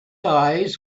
eyes